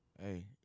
Hey